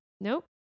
nope